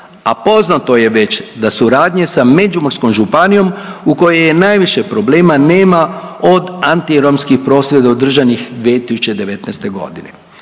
a poznato je već da suradnje sa Međimurskom županijom u kojoj je najviše problema nema od antiromskih prosvjeda održanih 2019. g.